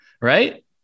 right